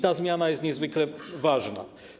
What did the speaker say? Ta zmiana jest niezwykle ważna.